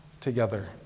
together